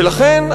ולכן,